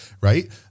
right